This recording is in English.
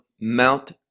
Mount